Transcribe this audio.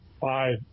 five